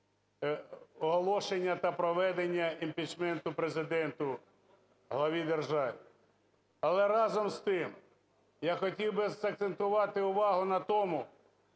оголошення та проведення імпічменту Президенту, главі держави. Але разом з тим я хотів би закцентувати увагу на тому,